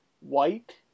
white